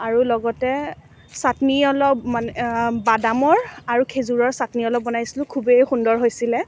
আৰু লগতে ছাটনি অলপ মানে আ বাদামৰ আৰু খেজুৰৰ ছাটনি অলপ বনাইছিলোঁ খুবেই সুন্দৰ হৈছিলে